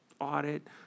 audit